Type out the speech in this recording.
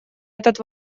этот